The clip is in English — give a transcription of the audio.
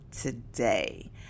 today